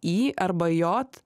i arba j